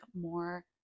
more